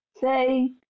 say